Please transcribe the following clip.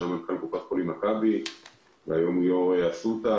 שהיה מנכ"ל קופת חולים מכבי והיום הוא יו"ר אסותא.